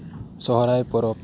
ᱥᱚᱦᱚᱨᱟᱭ ᱯᱚᱨᱚᱵ